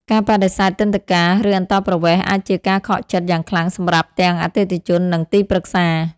ការបដិសេធទិដ្ឋាការ ឬអន្តោប្រវេសន៍អាចជាការខកចិត្តយ៉ាងខ្លាំងសម្រាប់ទាំងអតិថិជន និងទីប្រឹក្សា។